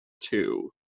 two